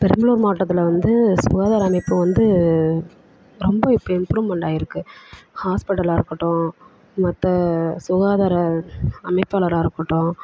பெரம்பலூர் மாவட்டத்தில் வந்து சுகாதார அமைப்பு வந்து ரொம்ப இப்போ இம்ப்ரூவ்மெண்ட் ஆகிருக்கு ஹாஸ்பிட்டலாக இருக்கட்டும் மற்ற சுகாதார அமைப்பாளராக இருக்கட்டும்